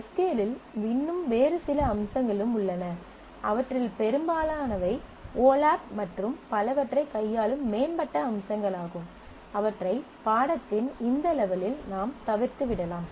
S Q L இல் வேறு சில அம்சங்களும் உள்ளன அவற்றில் பெரும்பாலானவை ஓலாப் மற்றும் பலவற்றைக் கையாளும் மேம்பட்ட அம்சங்களாகும் அவற்றை பாடத்தின் இந்த லெவலில் நாம் தவிர்த்து விடலாம்